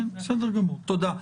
בסדר גמור, תודה.